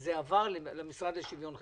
שזה עבר למשרד לשוויון חברתי.